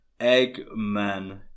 Eggman